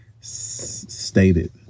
stated